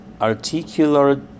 articular